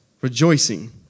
rejoicing